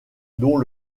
dont